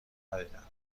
ندیدم